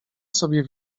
sobie